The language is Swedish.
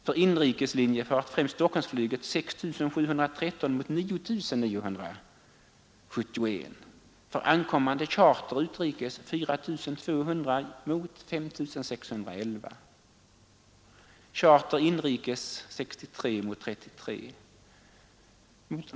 För inrikes linjefart — främs Stockholmsflyget — var siffrorna 6 713 mot 9 971, för ankommande charter utrikes 4 200 mot 5 611, charter inrikes 63 mot 33.